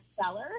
seller